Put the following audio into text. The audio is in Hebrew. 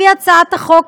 לפי הצעת החוק,